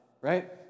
Right